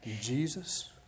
Jesus